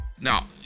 now